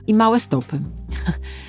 I małe stopy.